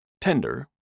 Tender